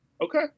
okay